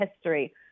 history